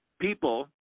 People